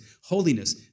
Holiness